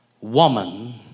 woman